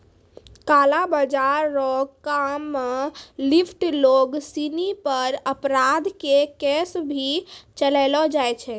काला बाजार रो काम मे लिप्त लोग सिनी पर अपराध के केस भी चलैलो जाय छै